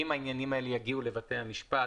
אם העניינים האלה יגיעו לבתי המשפט,